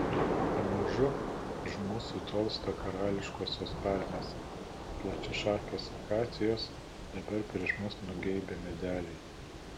pamažu už mūsų tolsta karališkosios palmės plačiašakės akacijos dabar prieš mus nugeibę medeliai